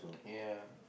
ya